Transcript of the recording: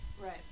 Right